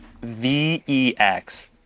V-E-X